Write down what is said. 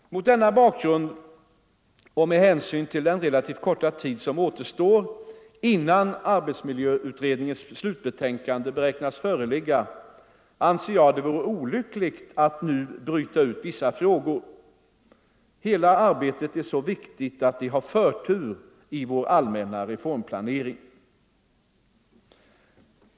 Mot denna bakgrund och med hänsyn till den relativt korta tid som återstår innan arbetsmiljöutredningens slutbetänkande beräknas föreligga anser jag det vore olyckligt att nu bryta ut vissa frågor. Hela arbetet är så viktigt att det har förtur i vår allmänna reformplanering.